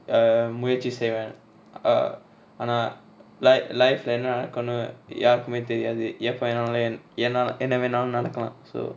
um முயற்சி செய்வ:muyatchi seiva err ஆனா:aana la~ life lah என்ன நடக்குன்னு யாருக்குமே தெரியாது:enna nadakunu yarukume theriyathu efalayan ஏனா என்ன வேனாலு நடக்கலா:yena enna venalu nadakala so